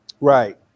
Right